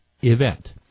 event